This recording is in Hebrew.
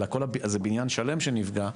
זה בניין שלם שנפגע,